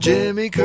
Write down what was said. Jimmy